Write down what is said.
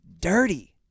dirty